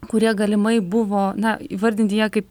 kurie galimai buvo na įvardinti jie kaip